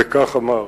וכך אמר: